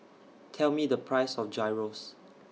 Tell Me The Price of Gyros